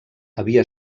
havia